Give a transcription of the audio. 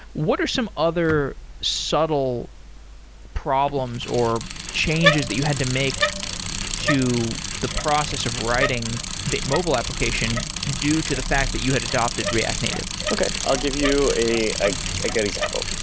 what are some other subtle problems or changes that you had to make to the process of writing the mobile application due to the fact that you had adopted react native? okay. i'll give you a ah good example.